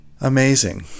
amazing